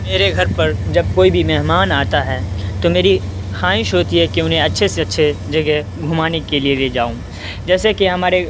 میرے گھر پر جب کوئی بھی مہمان آتا ہے تو میری خواہش ہوتی ہے کہ انہیں اچّھے سے اچّھے جگہ گھمانے کے لیے لے جاؤں جیسے کہ ہمارے